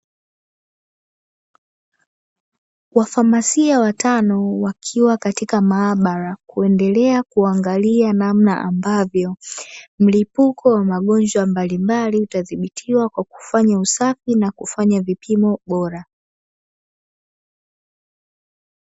Wafamasia watano wakiwa katika maabara kuendelea kuangalia namna ambavyo mlipuko wa magonjwa mbalimbali utadhibitiwa kwa kufanya usafi na kufanya vipimo bora.